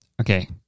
Okay